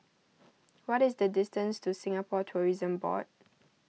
what is the distance to Singapore Tourism Board